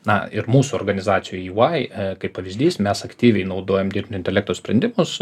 na ir mūsų organizacijoj ey kaip pavyzdys mes aktyviai naudojam dirbtinio intelekto sprendimus